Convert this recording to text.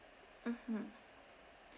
mmhmm